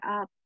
up